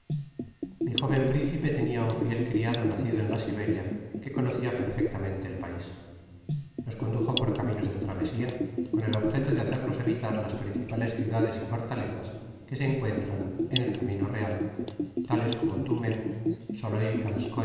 mi jóven principe tenia un fiel criado nacido en la siberia que eonocia perfectamente el pais nos condujo por caminos de travesia con el objeto de hacernos evitar las principales ciudades y fortalezas que se encuentran en el camino real tales como tumen